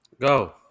Go